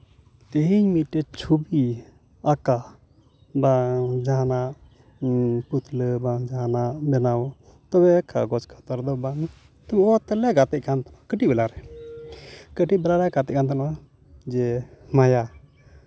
ᱛᱮᱦᱤᱧ ᱢᱤᱫᱴᱮᱱ ᱪᱷᱚᱵᱤ ᱟᱸᱠᱟ ᱵᱟ ᱡᱟᱦᱟᱱᱟᱜ ᱯᱩᱛᱞᱟᱹ ᱵᱟᱝ ᱡᱟᱦᱟᱱᱟᱜ ᱛᱚᱵᱮ ᱠᱟᱜᱚᱡᱽ ᱠᱷᱟᱛᱟ ᱨᱮᱫᱚ ᱵᱟᱝ ᱛᱚᱵᱮ ᱚᱛ ᱨᱮᱞᱮ ᱜᱟᱛᱮᱜ ᱠᱟᱱ ᱛᱟᱦᱮᱸᱫ ᱠᱟᱹᱴᱤᱡ ᱵᱮᱞᱟ ᱨᱮ ᱠᱟᱹᱴᱤᱡ ᱵᱮᱞᱟ ᱨᱮᱞᱮ ᱜᱟᱛᱮᱜ ᱠᱟᱱ ᱛᱟᱦᱮᱱᱟ ᱡᱮ ᱢᱟᱭᱟ